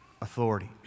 authority